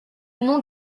nom